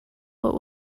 what